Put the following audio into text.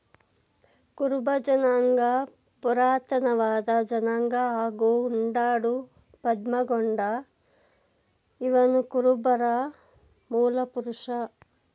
ಕುರುಬ ಜನಾಂಗ ಪುರಾತನವಾದ ಜನಾಂಗ ಹಾಗೂ ಉಂಡಾಡು ಪದ್ಮಗೊಂಡ ಇವನುಕುರುಬರ ಮೂಲಪುರುಷ